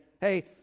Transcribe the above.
hey